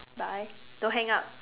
bye don't hang up